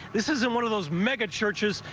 this isn't one of those mega churches.